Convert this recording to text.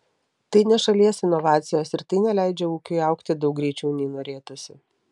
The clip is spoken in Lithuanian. tai ne šalies inovacijos ir tai neleidžia ūkiui augti daug greičiau nei norėtųsi